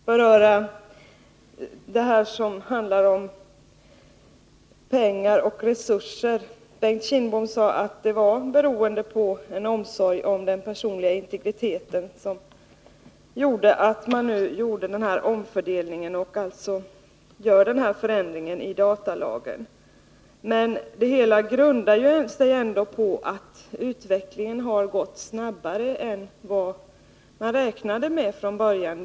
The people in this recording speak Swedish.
Herr talman! Låt mig litet grand beröra frågan om pengar och resurser. Bengt Kindbom sade att det är av omsorg om den personliga integriteten som man gör denna omfördelning och denna förändring i datalagen. Men det hela grundar sig ju ändå på att utvecklingen har gått snabbare än vad man räknade med från början.